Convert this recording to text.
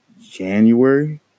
January